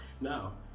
Now